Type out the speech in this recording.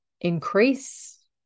increase